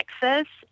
Texas